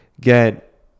get